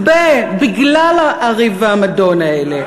יכבה בגלל הריב והמדון האלה.